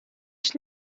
ich